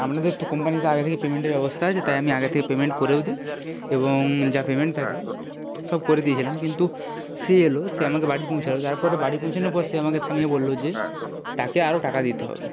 আপনাদের তো কোম্পানিতে আগে থেকে পেমেন্টের ব্যবস্থা আছে তাই আমি আগে থেকে পেমেন্ট করেও দিই এবং যা পেমেন্ট থাকে সব করে দিয়েছিলাম কিন্তু সে এলো সে আমাকে বাড়ি পৌঁছালো তারপরে বাড়ি পৌঁছানোর পর সে আমাকে থামিয়ে বললো যে তাকে আরও টাকা দিতে হবে